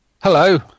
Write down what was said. Hello